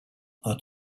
are